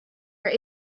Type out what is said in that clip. are